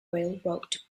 railroad